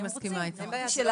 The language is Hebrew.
אני מסכימה אתך,